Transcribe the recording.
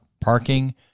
parking